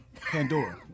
Pandora